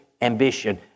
ambition